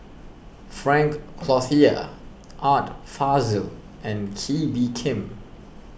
Frank Cloutier Art Fazil and Kee Bee Khim